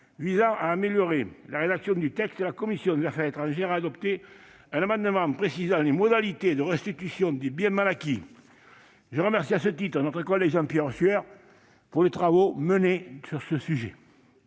visant à améliorer la rédaction du texte, la commission des affaires étrangères a adopté un amendement visant à préciser les modalités de restitution des biens mal acquis. Je remercie à ce titre notre collègue Jean-Pierre Sueur pour les travaux menés sur ce sujet.